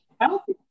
healthy